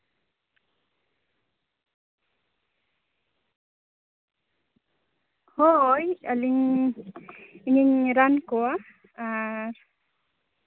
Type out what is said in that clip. ᱦᱳᱭ ᱟᱹᱞᱤᱧ ᱤᱧᱤᱧ ᱨᱟᱱ ᱠᱚᱣᱟ ᱟᱨ